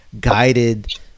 guided